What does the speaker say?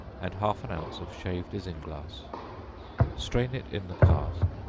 and half an ounce of shaved isinglass strain it in the cask,